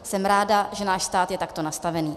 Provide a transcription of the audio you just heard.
Jsem ráda, že náš stát je takto nastavený.